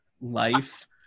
life